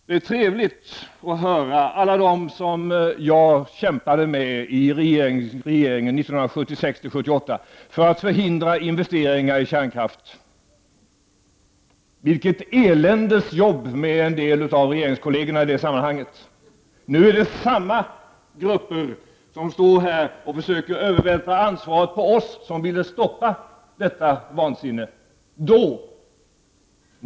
Det är trevligt att nu lyssna till dem som jag kämpade med i regeringen 1976—1978 för att förhindra investeringar i kärnkraft. Vilket eländes jobb hade man inte med en del av regeringskollegerna i det sammanhanget! Nu står samma personer här och försöker övervältra ansvaret på oss som då ville stoppa detta vansinne.